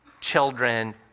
children